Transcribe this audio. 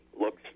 Looks